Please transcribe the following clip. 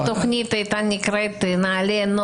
אם התכנית הייתה נקראת נעל"ה,